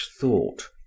thought